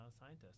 scientists